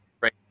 right